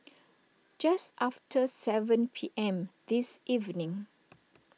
just after seven P M this evening